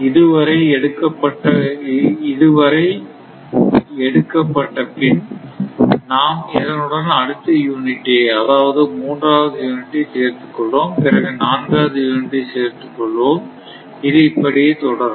இதுவரை எடுக்கப்பட்ட பின் நாம் இதனுடன் அடுத்த யூனிட்டை அதாவது மூன்றாவது யூனிட்டை சேர்த்துக்கொள்வோம் பிறகு நான்காவது யூனிட் சேர்த்துக் கொள்வோம் இது இப்படியே தொடரும்